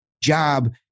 job